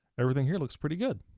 everything here looks pretty good.